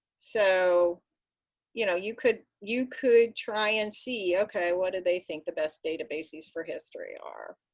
so you know you could you could try and see, ok, what do they think the best databases for history are.